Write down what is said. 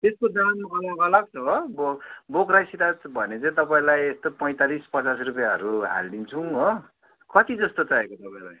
यसको दाम अलग अलग छ हो अब बोक्रैसितै भने चाहिँ तपाईँलाई यस्तै पैँतालिस पचास रुपियाँहरू हालिदिन्छौँ हो कति जस्तो चाहिएको तपाईँलाई